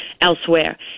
elsewhere